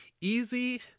easy